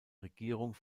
regierung